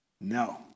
No